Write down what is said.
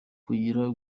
bagira